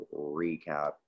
recap